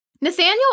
Nathaniel